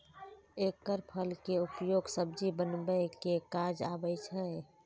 एकर फल के उपयोग सब्जी बनबै के काज आबै छै